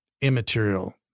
immaterial